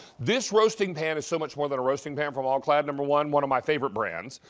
this roasting pan is so much more than a roasting pan from all-clad, number one. one of my favorite brands.